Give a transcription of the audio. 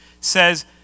says